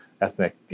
ethnic